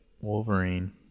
Wolverine